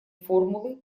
формулы